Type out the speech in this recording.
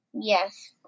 Yes